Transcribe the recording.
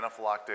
anaphylactic